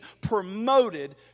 promoted